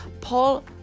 Paul